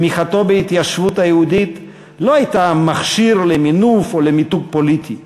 תמיכתו בהתיישבות היהודית לא הייתה מכשיר למינוף או למיתוג פוליטי,